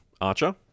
Archer